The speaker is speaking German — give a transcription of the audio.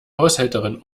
haushälterin